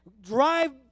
drive